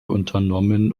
unternommen